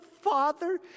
Father